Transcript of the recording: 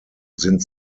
sind